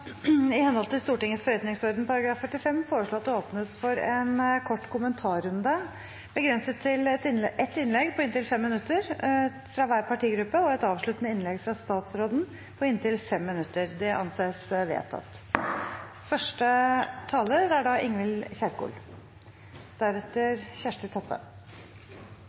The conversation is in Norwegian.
i henhold til Stortingets forretningsorden § 45 foreslå at det åpnes for en kort kommentarrunde, begrenset til ett innlegg på inntil 5 minutter fra hver partigruppe og et avsluttende innlegg fra statsråden på inntil 5 minutter. – Det anses vedtatt. Situasjonen er